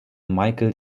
michael